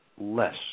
less